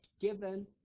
given